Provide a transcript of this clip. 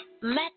Let